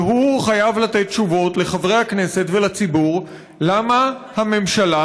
והוא חייב לתת תשובות לחברי הכנסת ולציבור למה הממשלה